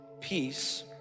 Peace